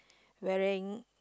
wearing